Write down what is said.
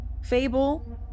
Fable